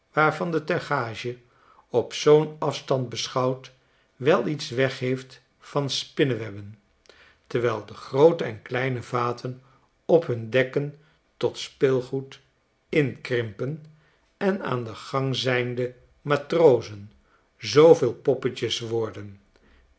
waarvan de tuigage op zoo'n afstand beschouwd wel iets wegheeft van spinnewebben terwijl de groote en kleine vaten op hun dekken tot speelgoed inkrimpen en aan den gang zijnde matrozen zooveel poppetjes worden